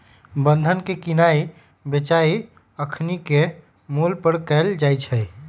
बन्धन के किनाइ बेचाई अखनीके मोल पर कएल जाइ छइ